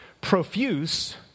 Profuse